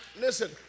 Listen